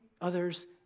others